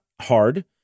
hard